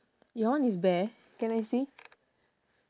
your one is bear can I see